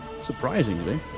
surprisingly